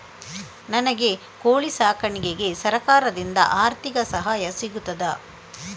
ನನಗೆ ಕೋಳಿ ಸಾಕಾಣಿಕೆಗೆ ಸರಕಾರದಿಂದ ಆರ್ಥಿಕ ಸಹಾಯ ಸಿಗುತ್ತದಾ?